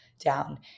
down